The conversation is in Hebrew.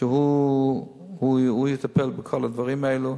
שהוא יטפל בכל הדברים האלו,